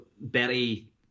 betty